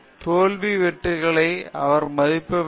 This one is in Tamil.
தோல்வியையும் வெற்றிகளையும் அவர் மதிக்க வேண்டும்